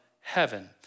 heaven